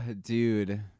dude